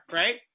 right